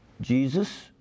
Jesus